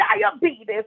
diabetes